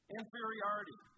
inferiority